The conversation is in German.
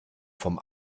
vom